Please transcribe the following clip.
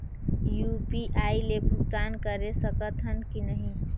UPI ले भुगतान करे सकथन कि नहीं?